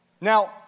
Now